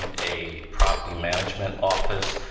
um a property management office